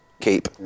Keep